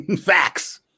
facts